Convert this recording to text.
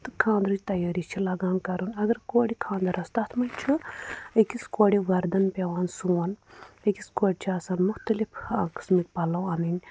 تہٕ خاندرٕچ تیٲری چھِ لَگان کَرُن اگر کورِ کاندَر آسہٕ تَتھ منٛز چھُ أکِس کورِ وردَن پٮ۪وان سُوُن أکِس کورِ چھِ آسان مختلف آ قٕسمٕکۍ پَلو اَنٕنۍ